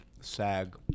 Sag